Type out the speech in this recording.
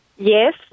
Yes